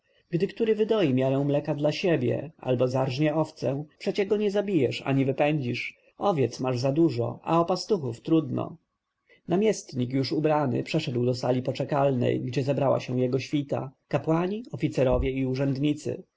gdy który wydoi miarę mleka dla siebie albo zarżnie owcę przecie go nie zabijesz ani wypędzisz owiec masz za dużo a o pastuchów trudno namiestnik już ubrany przeszedł do sali poczekalnej gdzie zebrała się jego świta kapłani oficerowie i urzędnicy